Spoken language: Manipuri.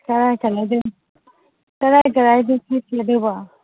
ꯀꯗꯥꯏ ꯀꯗꯥꯏ ꯀꯗꯥꯏꯗ ꯁꯛꯀꯗꯕ